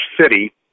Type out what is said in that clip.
city